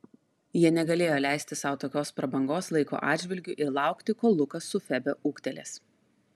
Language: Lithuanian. jie negalėjo leisti sau tokios prabangos laiko atžvilgiu ir laukti kol lukas su febe ūgtelės